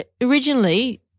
originally